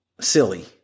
silly